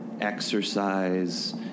exercise